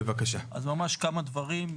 אז ממש כמה דברים,